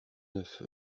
neuf